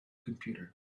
computer